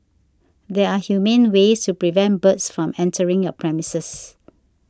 there are humane ways to prevent birds from entering your premises